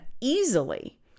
Easily